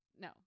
no